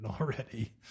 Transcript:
already